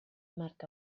marc